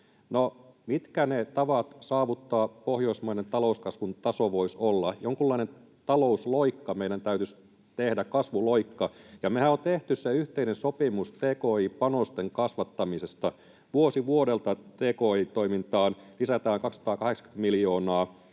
mitkä ne tavat saavuttaa pohjoismainen talouskasvun taso voisivat olla? Jonkunlainen talousloikka meidän täytyisi tehdä, kasvuloikka. Mehän on tehty se yhteinen sopimus tki-panosten kasvattamisesta: vuosi vuodelta tki-toimintaan lisätään 280 miljoonaa.